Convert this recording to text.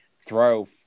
throw